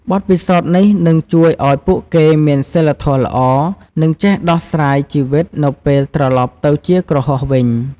បទពិសោធន៍នេះនឹងជួយឱ្យពួកគេមានសីលធម៌ល្អ និងចេះដោះស្រាយជីវិតនៅពេលត្រឡប់ទៅជាគ្រហស្ថវិញ។